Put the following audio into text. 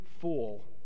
fool